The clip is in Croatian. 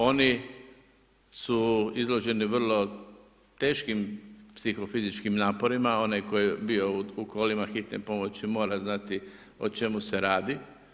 Oni su izloženi vrlo teškim psihofizičkim naporima, onaj koji je bio u kolima hitne pomoći mora znati o čemu se radi.